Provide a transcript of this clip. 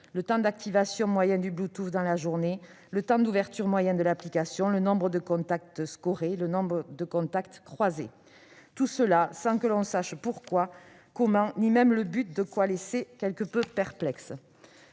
le temps d'activation moyen du Bluetooth dans la journée, le temps d'ouverture moyen de l'application, le nombre de contacts scorés, le nombre de contacts croisés ». Tout cela sans que l'on sache ni pourquoi, ni comment, ni même dans quel but ... Il y a là de quoi laisser quelque peu perplexe,